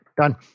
Done